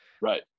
Right